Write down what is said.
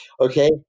Okay